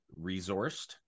resourced